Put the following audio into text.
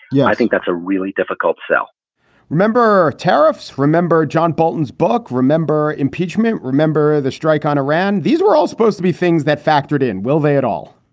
yeah, i think that's a really difficult sell remember tariffs? remember john bolton's book? remember impeachment? remember the strike on iran? these were all supposed to be things that factored in. will they at all?